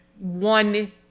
one